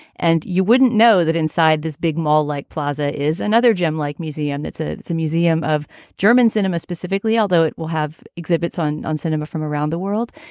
and you wouldn't know that inside this big mall like plaza is another gem like museum. that's ah it's a museum of german cinema specifically, although it will have exhibits on on cinema from around the world.